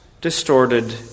distorted